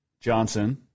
Johnson